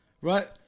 right